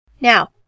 Now